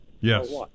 Yes